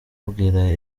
abwira